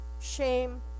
shame